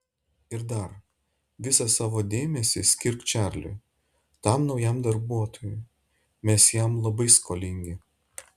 ir dar visą savo dėmesį skirk čarliui tam naujam darbuotojui mes jam labai skolingi